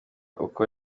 uko